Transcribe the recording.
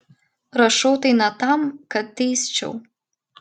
rašau tai ne tam kad teisčiau